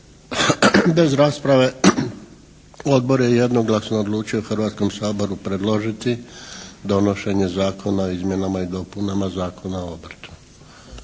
bez rasprave Odbor je jednoglasno odlučio Hrvatskom saboru predložiti donošenje Zakona o izmjenama i dopunama Zakona o obrtu.